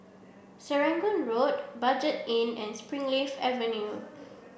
Serangoon Road Budget Inn and Springleaf Avenue